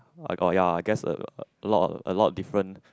I got ya I guess a lot a lot different